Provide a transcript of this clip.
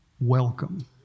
welcome